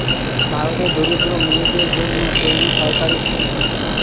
ভারতের দরিদ্র মেয়েদের জন্য তৈরী সরকারি স্কুল থাকে